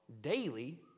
daily